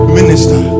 minister